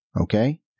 Okay